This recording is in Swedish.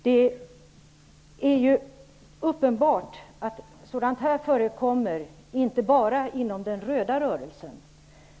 Det är uppenbart att sådant förekommer inte bara inom den röda rörelsen.